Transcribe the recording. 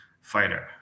fighter